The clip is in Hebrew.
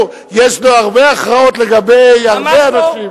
יש לו הרבה הכרעות לגבי הרבה אנשים,